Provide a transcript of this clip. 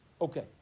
Okay